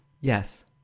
Yes